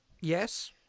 Yes